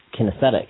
kinesthetic